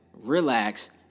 relax